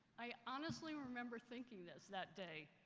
i honestly remember thinking that that day,